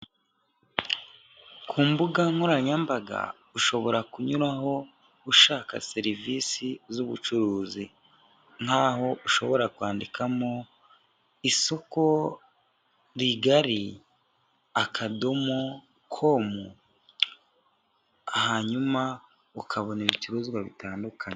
Ku mbuga nkoranyambaga ushobora kunyuraho ushaka serivisi z'ubucuruzi. Nk'aho ushobora kwandikamo isoko rigari akadomo komu, hanyuma ukabona ibicuruzwa bitandukanye.